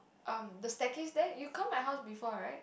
um the staircase there you come my house before right